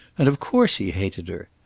and of course he hated her.